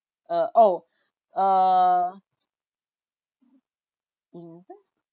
uh oh uh invest